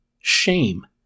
shame